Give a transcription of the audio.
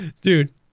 dude